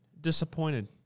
Disappointed